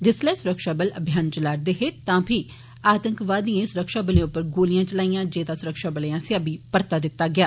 जिसलै सुरक्षाबलें अभियान चला'रदे हे तां फ्ही आतंकवादिए सुरक्षाबलें उप्पर गोलियां चलाइयां जेह्दा सुरक्षाबलें आस्सेआ बी परता दित्ता गेआ